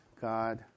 God